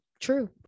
true